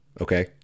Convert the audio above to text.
Okay